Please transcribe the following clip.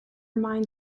mind